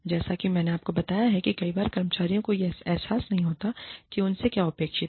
जैसा कि मैंने आपको बताया कि कई बार कर्मचारियों को यह एहसास नहीं होता है कि उनसे क्या अपेक्षित है